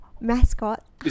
mascot